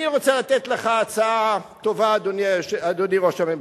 אני רוצה לתת לך הצעה טובה, אדוני ראש הממשלה: